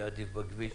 ובכביש.